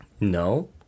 No